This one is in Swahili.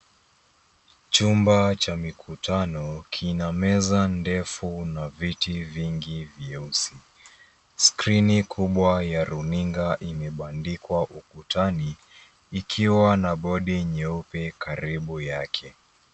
Chumba cha mikutano kina meza ndefu na viti vingi vyeusi. Skrini kubwa ya runinga imebandikwa ukutani, ikiwa na bodi nyeupe karibu yake.